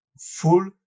full